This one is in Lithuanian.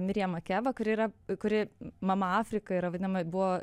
miriem makeba kuri yra kuri mama afrika yra vadinama buvo